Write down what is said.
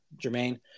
Jermaine